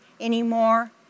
anymore